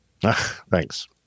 Thanks